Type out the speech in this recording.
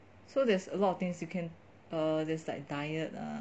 so there's a lot of things you can err there's like diet lah